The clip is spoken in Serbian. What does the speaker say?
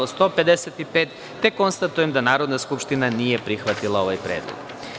Konstatujem da Narodna skupština nije prihvatila ovaj predlog.